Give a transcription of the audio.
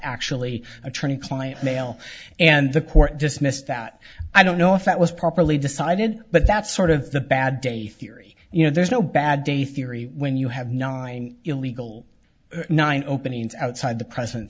actually attorney client mail and the court dismissed that i don't know if that was properly decided but that's sort of the bad day theory you know there's no bad day theory when you have nine illegal nine openings outside the pres